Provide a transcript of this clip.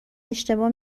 اشتباه